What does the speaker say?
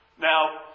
Now